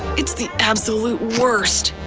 it's the absolute worst.